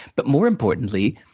but, more importantly,